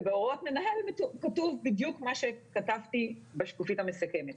בהוראות מנהל כתוב בדיוק מה שכתבתי בשקופית המסכמת.